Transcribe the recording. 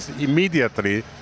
immediately